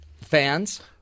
Fans